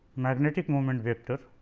magnetic moment vector